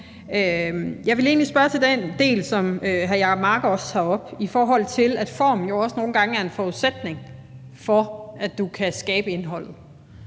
Jeg vil egentlig spørge til den del, som hr. Jacob Mark også tager op, i forhold til at formen jo også nogle gange er en forudsætning for, at du kan skabe indholdet.